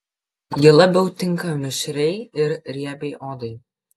ji labiau tinka mišriai ir riebiai odai